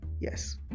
Yes